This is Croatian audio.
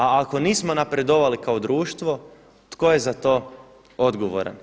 A ako nismo napredovali kao društvo tko je za to odgovoran?